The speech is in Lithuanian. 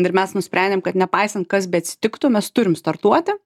ir mes nusprendėm kad nepaisant kas beatsitiktų mes turim startuoti